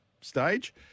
stage